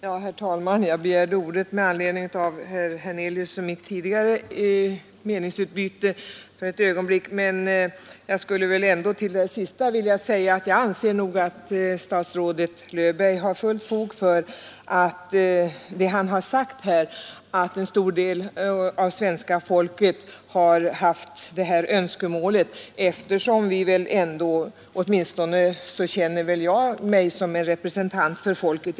Herr talman! Jag begärde visserligen ordet med anledning av herr Hernelius” och mitt tidigare meningsutbyte, men till den senaste debatten vill jag först säga att jag anser att statsrådet Löfberg har fullt fog för det han har sagt här, nämligen att en stor del av svenska folket har haft önskemålet att ordensväsendet avskaffas. Vi får väl ändå anses representera svenska folket. Åtminstone känner jag mig som en representant för folket.